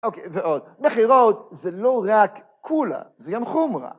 אוקיי, ועוד. בחירות זה לא רק קולא, זה גם חומרא.